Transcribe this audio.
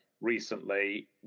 recently